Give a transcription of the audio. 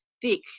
thick